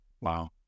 Wow